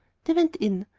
they went in.